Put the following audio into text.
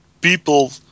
people